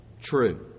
true